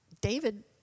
David